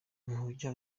ntujya